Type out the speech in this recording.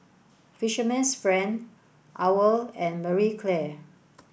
Fisherman's friend OWL and Marie Claire